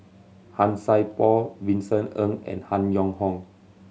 Han Sai Por Vincent Ng and Han Yong Hong